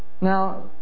Now